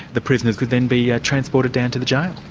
the prisoners could then be yeah transported down to the jail.